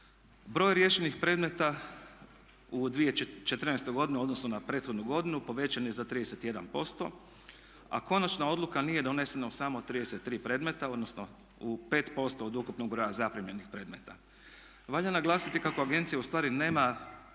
Broj riješenih predmeta u 2014. godini u odnosu na prethodnu godinu povećan je za 31%, a konačna odluka nije donesena u samo 33 predmeta, odnosno u 5% od ukupnog broja zaprimljenih predmeta. Valja naglasiti kako agencija ustvari nema